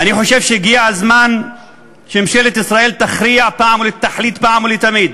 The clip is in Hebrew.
אני חושב שהגיע הזמן שממשלת ישראל תכריע ותחליט אחת ולתמיד.